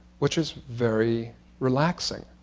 which is very relaxing.